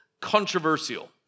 controversial